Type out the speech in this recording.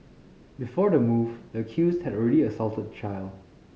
before the move the accused had already assaulted the child